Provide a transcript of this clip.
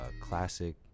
classic